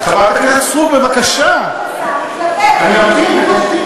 חברת הכנסת סטרוק, בבקשה, אני ממתין.